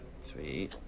Sweet